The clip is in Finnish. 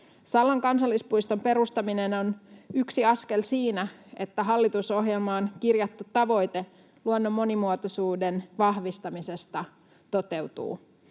Sallan kansallispuiston perustaminen on yksi askel siinä, että hallitusohjelmaan kirjattu tavoite luonnon monimuotoisuuden vahvistamisesta toteutuu.